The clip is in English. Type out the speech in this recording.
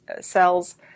cells